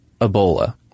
Ebola